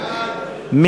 תודה.